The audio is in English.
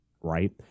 right